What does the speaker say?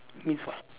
means what